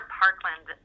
parkland